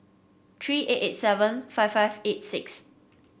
three eight eight seven five five eight six